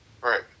Right